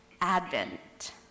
Advent